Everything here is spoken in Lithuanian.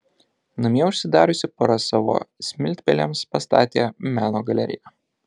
namie užsidariusi pora savo smiltpelėms pastatė meno galeriją